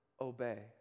obey